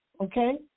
okay